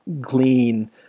glean